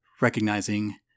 recognizing